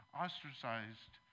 ostracized